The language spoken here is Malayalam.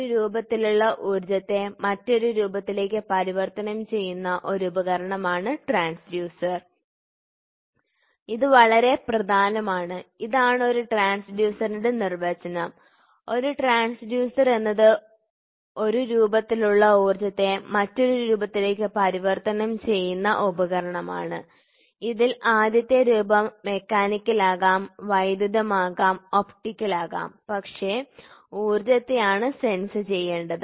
ഒരു രൂപത്തിലുള്ള ഊർജ്ജത്തെ മറ്റൊരു രൂപത്തിലേക്ക് പരിവർത്തനം ചെയ്യുന്ന ഒരു ഉപകരണമാണ് ട്രാൻസ്ഡ്യൂസർ ഇത് വളരെ പ്രധാനമാണ് ഇതാണ് ഒരു ട്രാൻസ്ഡ്യൂസറിന്റെ നിർവചനം ഒരു ട്രാൻസ്ഡ്യൂസർ എന്നത് ഒരു രൂപത്തിൽ ഉള്ള ഊർജ്ജത്തെ മറ്റൊരു രൂപത്തിലേക്ക് പരിവർത്തനം ചെയ്യുന്ന ഉപകരണമാണ് ഇതിൽ ആദ്യത്തെ രൂപം മെക്കാനിക്കൽ ആകാം വൈദ്യുതമാകാം ഒപ്റ്റിക്കൽ ആകാം പക്ഷേ ഊർജ്ജത്തെയാണ് സെൻസ് ചെയ്യേണ്ടത്